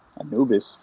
anubis